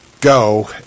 go